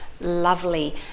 lovely